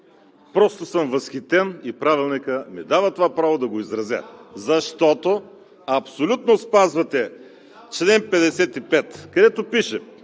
Просто съм възхитен и Правилникът ми дава това право да го изразя, защото абсолютно спазвате чл. 55, където пише: